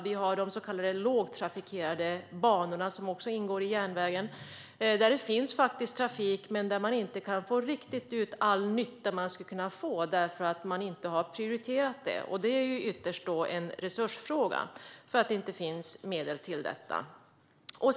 Vi har de så kallade lågtrafikerade banorna, som också ingår i järnvägen, där det finns trafik men där man inte kan få ut riktigt all nytta som man borde kunna få därför att det inte har prioriterats. Det är ytterst en resursfråga, då det inte finns medel till detta.